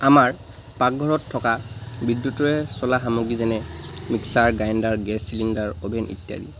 আমাৰ পাকঘৰত থকা বিদ্যুতৰে চলা সামগ্ৰী যেনে mixer grinder gas cylinder oven ইত্যাদি